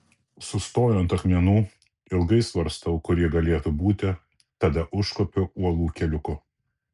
sustoju ant akmenų ilgai svarstau kur ji galėtų būti tada užkopiu uolų keliuku